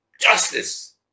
justice